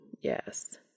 Yes